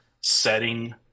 setting